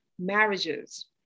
marriages